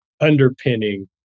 underpinning